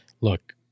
Look